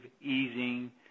Easing